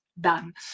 done